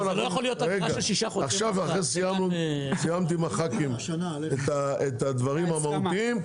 עכשיו סיימתי עם הח"כים את הדברים המהותיים.